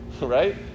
Right